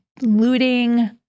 looting